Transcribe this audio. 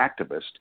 activist